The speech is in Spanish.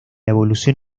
evolución